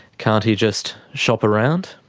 can't he just shop around?